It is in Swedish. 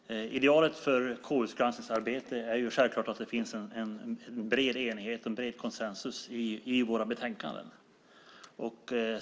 Fru talman! Idealet för KU:s granskningsarbete är självklart att det finns en bred enighet och bred konsensus i våra betänkanden.